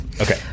Okay